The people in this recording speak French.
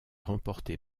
remportée